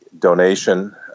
donation